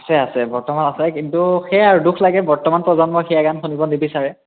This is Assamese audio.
আছে আছে বৰ্তমান আছে কিন্তু সেই আৰু দুখ লাগে বৰ্তমান প্ৰজন্মই সেয়া গান শুনিব নিবিচাৰে